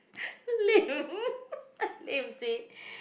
lame lame seh